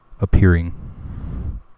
appearing